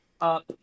up